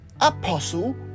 Apostle